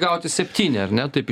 gautis septyni ar ne taip